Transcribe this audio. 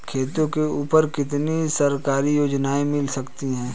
खेतों के ऊपर कितनी सरकारी योजनाएं मिल सकती हैं?